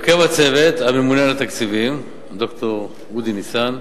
הרכב הצוות: הממונה על התקציבים, ד"ר אודי ניסן,